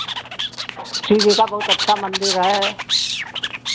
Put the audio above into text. शिव जी का बहुत अच्छा मन्दिर है